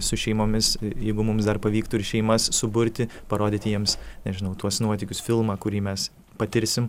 su šeimomis jeigu mums dar pavyktų ir šeimas suburti parodyti jiems nežinau tuos nuotykius filmą kurį mes patirsim